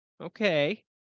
Okay